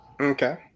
Okay